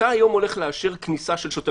אתה היום הולך לאשר כניסה של שוטר.